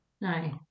No